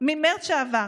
ממרץ שעבר,